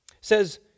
says